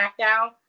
SmackDown